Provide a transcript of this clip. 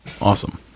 Awesome